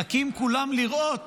מחכים כולם לראות